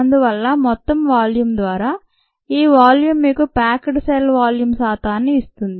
అందువల్ల మొత్తం వాల్యూం ద్వారా ఈ వాల్యూం మీకు ప్యాక్డ్ సెల్ వాల్యూం శాతాన్ని ఇస్తుంది